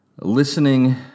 Listening